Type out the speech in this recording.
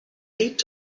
eight